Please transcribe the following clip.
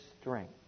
strength